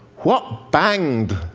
what banged?